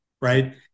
right